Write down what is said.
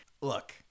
Look